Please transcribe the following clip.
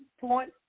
point